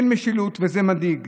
אין משילות וזה מדאיג.